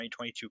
2022